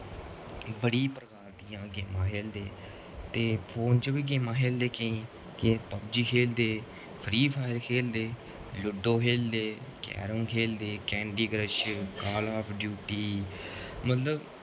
बड़ी प्रकार दियां गेमां खेलदे ते फोन च बी गेमां खेलदे केईं किश पबजी खेलदे फ्री फायर खेलदे लूडो खेलदे कैरम खेलदे candy crush call of duty मतलब